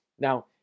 Now